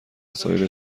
وسایل